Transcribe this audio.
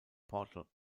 portal